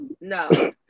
no